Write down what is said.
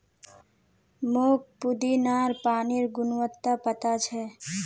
मोक पुदीनार पानिर गुणवत्ता पता छ